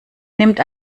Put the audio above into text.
nimmt